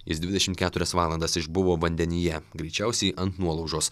jis dvidešimt keturias valandas išbuvo vandenyje greičiausiai ant nuolaužos